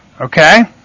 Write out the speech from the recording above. okay